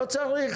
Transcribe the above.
לא צריך.